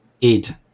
id